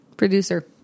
Producer